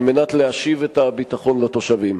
על מנת להשיב את הביטחון לתושבים.